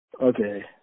Okay